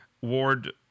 Ward